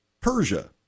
Persia